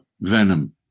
venom